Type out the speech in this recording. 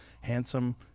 handsome